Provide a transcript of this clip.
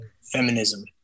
feminism